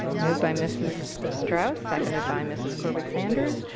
moved by mrs. strauss. seconded by mrs. corbett sanders.